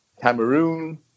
Cameroon